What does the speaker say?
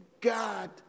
God